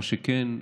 מה שכן,